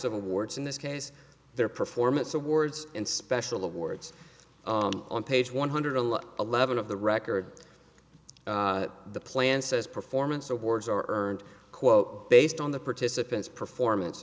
of awards in this case their performance awards and special awards on page one hundred eleven of the record the plan says performance awards are earned quote based on the participants performance